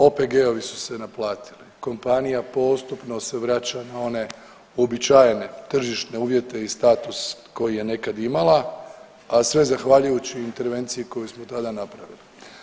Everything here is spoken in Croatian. OPG-ovi su se naplatili, kompanija postupno se vraća na one uobičajene tržišne uvjete i status koji je nekad imala, a sve zahvaljujući intervenciji koju smo tada napravili.